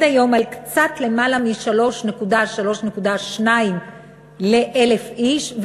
היום על קצת למעלה מ-3 3.2 ל-1,000 איש,